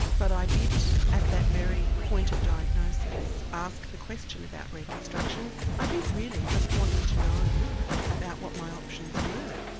but i did, at that very point of diagnosis ask the question about reconstruction, i think really just wanting to know about what my options were,